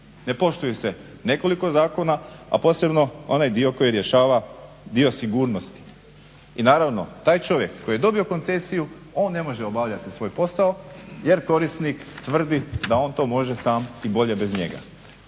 Ne poštuje se nekoliko zakona, a posebno onaj dio koji rješava dio sigurnosti i naravno, taj čovjek koji je dobio koncesiju on ne može obavljati svoj posao jer korisnik tvrdi da on to može sam i bolje bez njega.